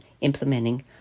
implementing